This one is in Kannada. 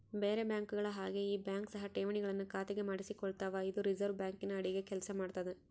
ಬೇರೆ ಬ್ಯಾಂಕುಗಳ ಹಾಗೆ ಈ ಬ್ಯಾಂಕ್ ಸಹ ಠೇವಣಿಗಳನ್ನು ಖಾತೆಗೆ ಮಾಡಿಸಿಕೊಳ್ತಾವ ಇದು ರಿಸೆರ್ವೆ ಬ್ಯಾಂಕಿನ ಅಡಿಗ ಕೆಲ್ಸ ಮಾಡ್ತದೆ